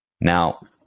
Now